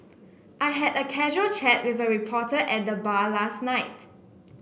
I had a casual chat with a reporter at the bar last night